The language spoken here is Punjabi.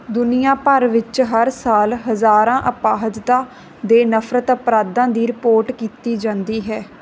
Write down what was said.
ਦੁਨੀਆ ਭਰ ਵਿੱਚ ਹਰ ਸਾਲ ਹਜ਼ਾਰਾਂ ਅਪਾਹਜਤਾ ਦੇ ਨਫ਼ਰਤ ਅਪਰਾਧਾਂ ਦੀ ਰਿਪੋਰਟ ਕੀਤੀ ਜਾਂਦੀ ਹੈ